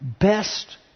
best